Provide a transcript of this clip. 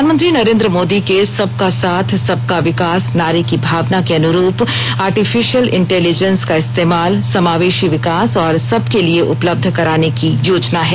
प्रधानमंत्री नरेन्द्र मोदी के सबका साथ सबका विकास नारे की भावना के अनुरूप आर्टिफिशियल इंटेलिजेन्स का इस्तेमाल समावेशी विकास और सबके लिए उपलब्ध कराने की योजना है